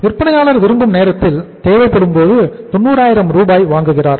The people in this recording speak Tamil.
விற்பனையாளர் விரும்பும் நேரத்தில் தேவைப்படும்போது 90000 ரூபாய் வாங்குகிறார்